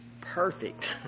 perfect